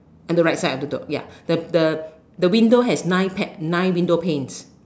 on the right side of the door ya the the window has nine nine window panes